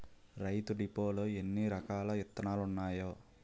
రైతు డిపోలో ఎన్నిరకాల ఇత్తనాలున్నాయో